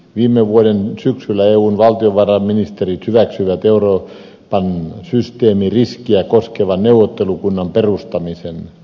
viime vuoden syksyllä eun valtiovarainministerit hyväksyivät euroopan systeemiriskiä koskevan neuvottelukunnan perustamisen